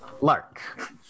Lark